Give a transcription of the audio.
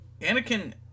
Anakin